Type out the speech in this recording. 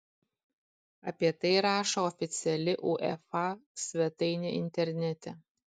apie tai rašo oficiali uefa svetainė internete